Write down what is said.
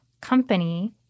Company